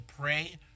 pray